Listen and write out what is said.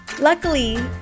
Luckily